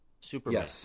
Superman